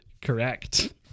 Correct